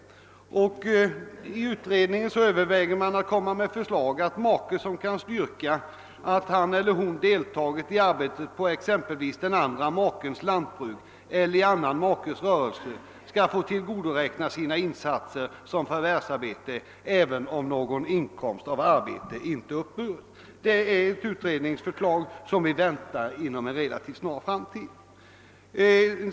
Utredningen överväger att framlägga förslag om att den som kan styrka att han eller hon deltagit i arbetet på exempelvis den andra makens lantbruk eller i den andra makens rörelse skall få tillgodoräkna sina insatser som förvärvsarbete även om någon inkomst av arbetet inte uppburits. Vi väntar utredningens förslag inom en relativt snar framtid.